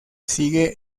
sigue